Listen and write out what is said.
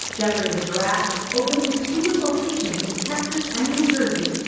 geoffrey the giraffe opening two new locations in texas and new jersey.